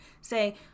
say